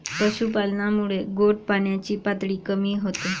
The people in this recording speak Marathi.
पशुपालनामुळे गोड पाण्याची पातळी कमी होते